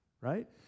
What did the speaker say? right